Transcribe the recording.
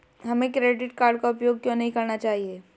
हमें credit card का उपयोग क्यों नहीं करना चाहिए?